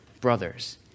brothers